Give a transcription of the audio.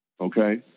Okay